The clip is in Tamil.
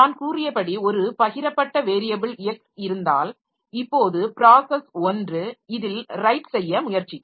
நான் கூறியபடி ஒரு பகிரப்பட்ட வேரியபில் x இருந்தால் இப்போது ப்ராஸஸ் 1 இதில் ரைட் செய்ய முயற்சிக்கும்